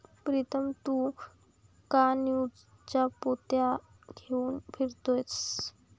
प्रीतम तू का ज्यूटच्या पोत्या घेऊन फिरतोयस